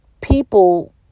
people